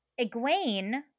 Egwene